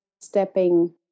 stepping